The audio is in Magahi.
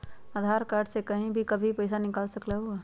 आधार कार्ड से कहीं भी कभी पईसा निकाल सकलहु ह?